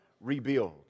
rebuild